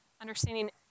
understanding